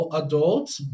adults